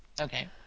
Okay